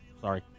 Sorry